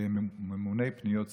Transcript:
ממוני פניות ציבור.